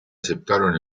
aceptaron